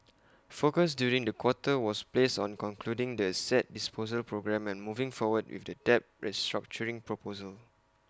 focus during the quarter was placed on concluding the asset disposal programme and moving forward with the debt restructuring proposal